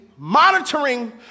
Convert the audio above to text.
monitoring